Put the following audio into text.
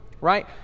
right